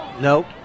Nope